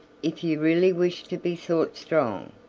if you really wish to be thought strong.